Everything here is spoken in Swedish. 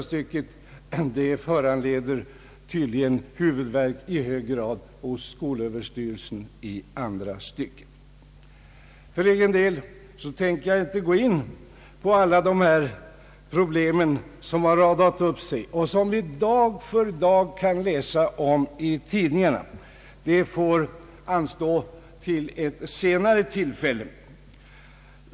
Jag tycker att det föreligger en motsättning mellan första och andra stycket i skolöverstyrelsens yttrande. Jag tänker inte gå in på alla de problem som radat upp sig i detta sammanhang — det får anstå till ett annat tillfälle.